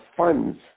Funds